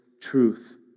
truth